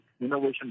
innovation